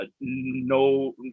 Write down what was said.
no